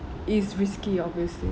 it's risky obviously